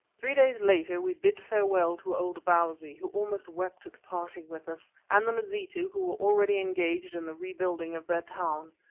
three days later we bid farewell to old bausi, who almost wept at parting with us, and the mazitu, who were already engaged in the re-building of their town.